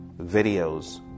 videos